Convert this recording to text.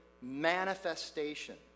manifestation